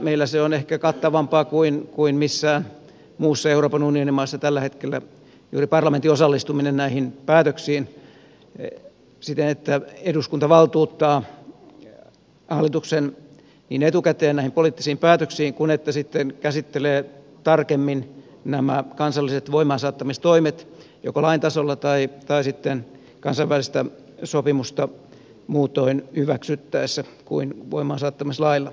meillä se on ehkä kattavampaa kuin missään muussa euroopan unionin maassa tällä hetkellä juuri parlamentin osallistuminen näihin päätöksiin siten että eduskunta sekä valtuuttaa hallituksen etukäteen näihin poliittisiin päätöksiin että sitten käsittelee tarkemmin nämä kansalliset voimaansaattamistoimet joko lain tasolla tai sitten kansainvälistä sopimusta muutoin hyväksyttäessä kuin voimaansaattamislailla